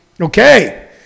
Okay